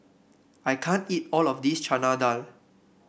I can't eat all of this Chana Dal